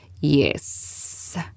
Yes